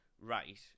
right